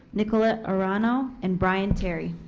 nicolet arano, and brian terry